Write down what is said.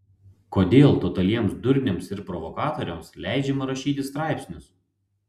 kodėl totaliems durniams ir provokatoriams leidžiama rašyti straipsnius